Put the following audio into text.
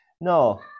No